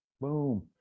Boom